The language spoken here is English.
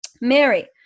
Mary